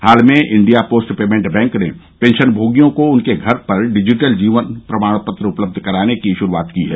हाल में India post payment bank ने पेंशनभोगियों को उनके घर पर डिजिटल प्रमाणपत्र सेवा उपलब्ध कराने की शुरूआत की है